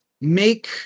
make